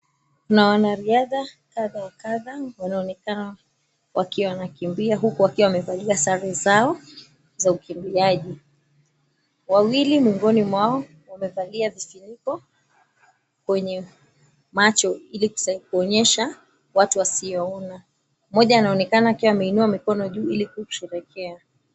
Kuna wanariadha kadha wa kadha wanaonekana wakiwa wanakimbia, huku wakiwa wamevalia sare zao za ukimbiaji. Wawili miongoni mwao wamevalia vifuniko kwenye macho, ili kuonyesha watu wasioona. Mmoja anaonekana akiwa ameinua mikono juu ili kusherehekea.